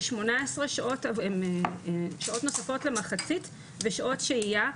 יש שמונה עשרה שעות נוספות למחצית ושעות שהייה,